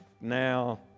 now